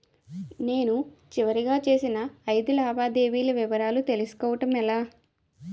నేను చివరిగా చేసిన ఐదు లావాదేవీల వివరాలు తెలుసుకోవటం ఎలా?